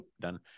done